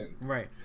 Right